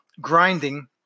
grinding